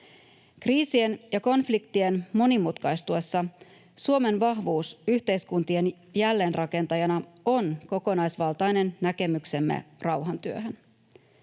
Kriisien ja konfliktien monimutkaistuessa Suomen vahvuus yhteiskuntien jälleenrakentajana on kokonaisvaltainen näkemyksemme rauhantyöhön.